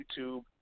YouTube